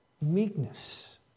Meekness